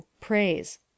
Praise